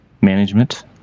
management